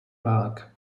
park